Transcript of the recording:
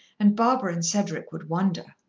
and barbara and cedric would wonder.